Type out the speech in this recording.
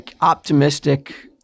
optimistic